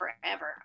forever